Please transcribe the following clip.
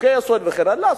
חוקי-יסוד וכן הלאה.